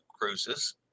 cruises